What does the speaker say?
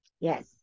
yes